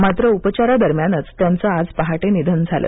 मात्र उपचारा दरम्यानच त्यांचे आज पहाटे निधन झालं